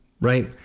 right